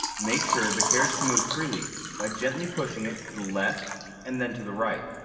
make sure the carriage can move freely by gently pushing it to the left and then to the right.